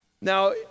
Now